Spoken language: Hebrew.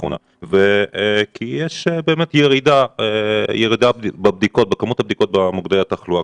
לאחרונה כי יש באמת ירידה בכמות הבדיקות במוקדי התחלואה,